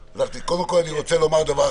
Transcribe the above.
קודם כל, אני רוצה בקשה.